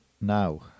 Now